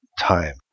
time